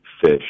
fish